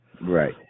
Right